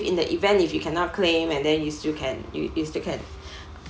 in the event if you cannot claim and then you still can you still can